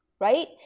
right